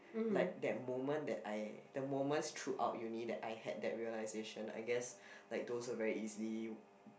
like that moment that I the moments throughout uni that I had that realization I guess like those are very easily